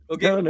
Okay